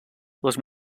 les